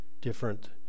different